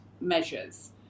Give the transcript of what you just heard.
measures